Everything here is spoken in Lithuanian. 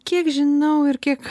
kiek žinau ir kiek